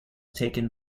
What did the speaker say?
taken